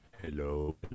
Hello